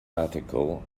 article